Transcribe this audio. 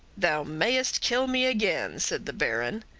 thou mayest kill me again, said the baron,